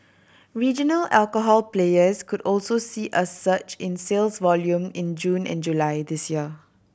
regional alcohol players could also see a surge in sales volume in June and July this year